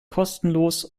kostenlos